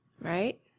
Right